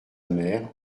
mère